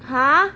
!huh!